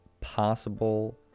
possible